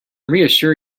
reassure